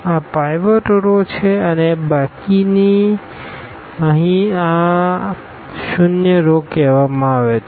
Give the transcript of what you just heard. આ pivot row છે અને બાકીના અહીં આને ઝીરો રોઓ કહેવામાં આવે છે